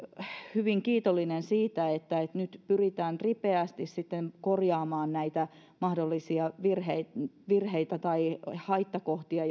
hyvin kiitollinen siitä että nyt pyritään ripeästi sitten korjaamaan näitä mahdollisia virheitä tai haittakohtia